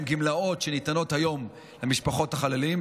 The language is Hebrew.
גמלאות שניתנות היום למשפחות החללים,